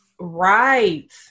Right